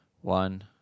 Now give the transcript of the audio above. one